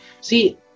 see